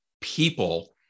people